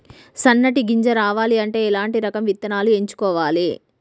సన్నటి గింజ రావాలి అంటే ఎలాంటి రకం విత్తనాలు ఎంచుకోవాలి?